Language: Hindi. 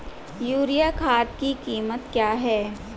यूरिया खाद की कीमत क्या है?